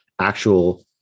actual